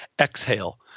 exhale